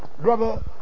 brother